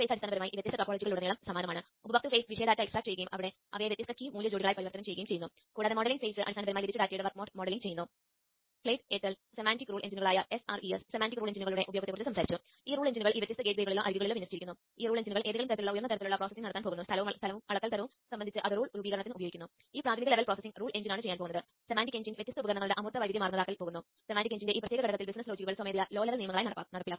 അടിസ്ഥാനപരമായി നിങ്ങൾ ചെയ്തുകഴിഞ്ഞാൽ നിങ്ങൾക്ക് ഡാറ്റ കൈമാറാനും തുടർന്ന് അത് സ്വീകരിക്കാനും കഴിയും